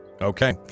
Okay